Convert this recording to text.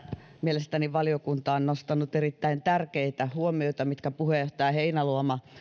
mielestäni valiokunta on nostanut erittäin tärkeitä huomioita mitkä puheenjohtaja heinäluoma